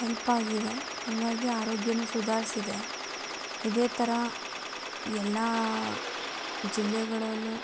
help ಆಗಿದೆ ಹಂಗಾಗಿ ಆರೋಗ್ಯನೂ ಸುಧಾರಿಸಿದೆ ಇದೇ ಥರ ಎಲ್ಲ ಜಿಲ್ಲೆಗಳಲ್ಲೂ